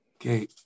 Okay